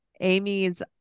Amy's